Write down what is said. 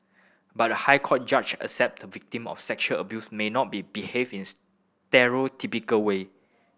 but the High Court judge accept the victim of sexual abuse may not be behave in stereotypical way